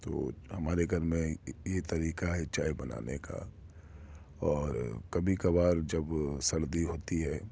تو ہمارے گھر میں یہ طریقہ ہے چائے بنانے کا اور کبھی کبھار جب سردی ہوتی ہے